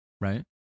right